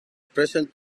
present